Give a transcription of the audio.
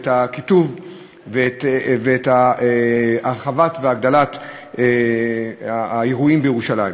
את הקיטוב ואת הרחבת והגדלת האירועים בירושלים.